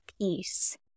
peace